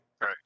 Right